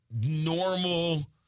normal